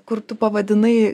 kur tu pavadinai